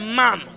man